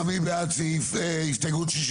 אם כך מי בעד הסתייגות 63?